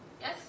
Yes